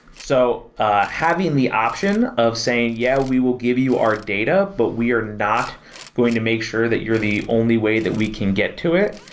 so having the option of saying, yeah, we will give you our data, but we are not going to make sure that you're the only way that we can get to it,